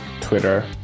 Twitter